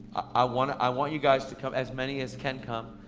i want i want you guys to come, as many as can come,